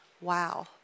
wow